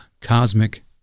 cosmic